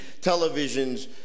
televisions